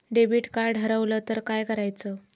Debit card हरवल तर काय करायच?